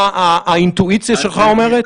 מה האינטואיציה שלך אומרת?